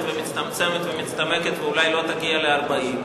ומצטמצמת ומצטמקת ואולי לא תגיע ל-40,